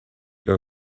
her